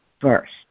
first